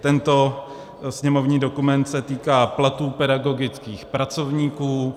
Tento sněmovní dokument se týká platů pedagogických pracovníků.